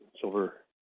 silver